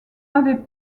avais